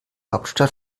hauptstadt